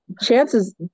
chances